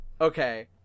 Okay